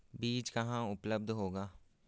बीज कहाँ उपलब्ध होगा?